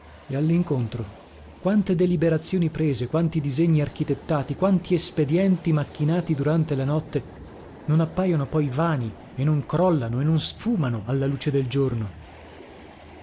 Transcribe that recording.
e allincontro quante deliberazioni prese quanti disegni architettati quanti espedienti macchinati durante la notte non appajono poi vani e non crollano e non sfumano alla luce del giorno